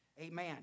Amen